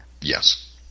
Yes